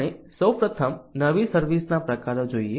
આપણે સૌપ્રથમ નવી સર્વિસ ના પ્રકારો જોઈએ